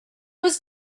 was